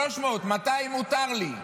300, 200 מותר לי.